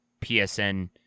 PSN